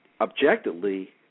objectively